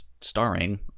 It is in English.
starring